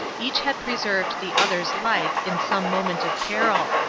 each had preserved the other's life in some moment of peril,